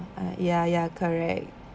ya ya correct